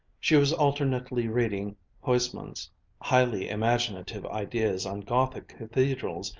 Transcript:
she was alternately reading huysmans' highly imaginative ideas on gothic cathedrals,